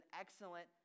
excellent